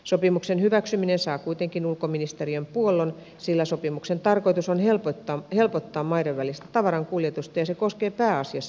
sopimuksen hyväksyminen saa kuitenkin ulkoministeriön puollon sillä sopimuksen tarkoitus on helpottaa maiden välistä tavarankuljetusta ja se koskee pääasiassa elinkeinoelämää